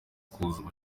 kuzana